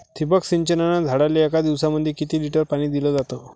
ठिबक सिंचनानं झाडाले एक दिवसामंदी किती लिटर पाणी दिलं जातं?